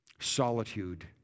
solitude